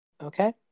Okay